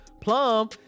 Plum